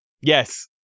Yes